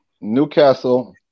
Newcastle